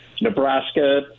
Nebraska